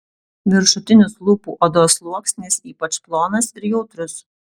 viršutinis lūpų odos sluoksnis ypač plonas ir jautrus